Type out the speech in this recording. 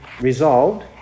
resolved